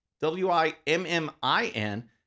W-I-M-M-I-N